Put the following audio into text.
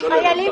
חיילים